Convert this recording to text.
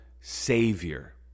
Savior